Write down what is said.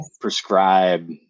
prescribe